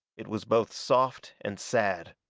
it was both soft and sad.